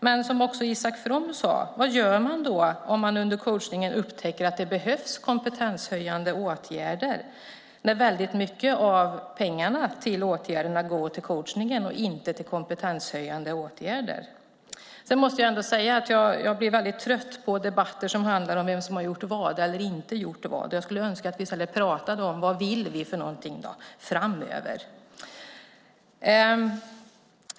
Men Isak From frågade också: Vad gör man om man under coachningen upptäcker att det behövs kompetenshöjande åtgärder, det vill säga när mycket av pengarna till åtgärderna går till coachningen och inte till kompetenshöjande åtgärder? Jag blir väldigt trött på debatter som handlar om vem som har gjort vad eller inte gjort vad. Jag skulle önska att vi i stället talade om vad vi vill framöver.